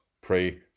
pray